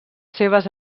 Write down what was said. seves